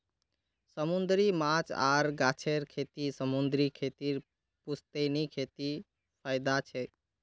समूंदरी माछ आर गाछेर खेती समूंदरी खेतीर पुश्तैनी खेतीत फयदा छेक